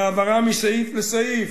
בהעברה מסעיף לסעיף.